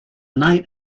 night